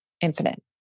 infinite